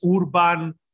urban